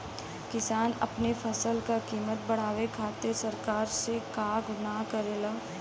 किसान अपने फसल क कीमत बढ़ावे खातिर सरकार से का गुहार करेला?